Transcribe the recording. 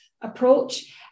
approach